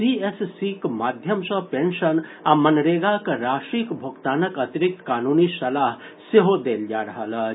सीएससीक माध्यम सॅ पेंशन आ मनरेगाक राशिक भोगतानक अतिरिक्त कानूनी सलाह सेहो देल जा रहल अछि